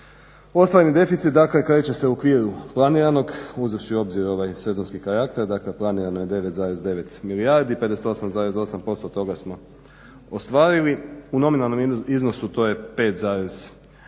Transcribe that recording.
Ostvareni deficit dakle kreće se u okviru planiranog, uzevši u obzir ovaj sezonski karakter. Dakle, planirano je 9,9 milijardi, 58,8% toga smo ostvarili. U nominalnom iznosu to je 5,8